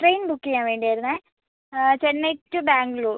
train book ചെയ്യാൻ വേണ്ടി ആയിരുന്നേ ചെന്നൈ ടു ബാംഗ്ലൂർ